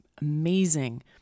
amazing